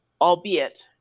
albeit